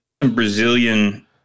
Brazilian